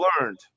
learned